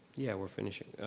yeah, we're finishing.